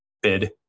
bid